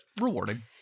rewarding